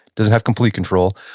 does it have complete control,